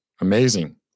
amazing